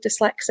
dyslexic